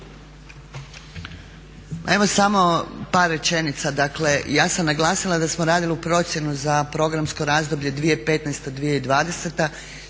Evo samo par rečenica. Dakle, ja sam naglasila da smo radili procjenu za programsko razdoblje 2015.-2010.